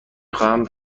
خواهم